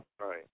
Right